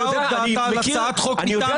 הבאת הצעת חוק מטעם